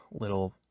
little